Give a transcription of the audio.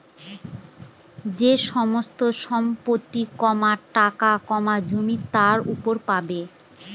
যে সমস্ত সম্পত্তি, টাকা, জমি তার উপর পাবো